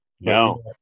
No